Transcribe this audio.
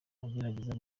agerageza